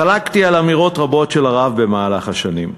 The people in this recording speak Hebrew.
חלקתי על אמירות רבות של הרב במהלך השנים.